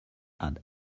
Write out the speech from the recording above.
had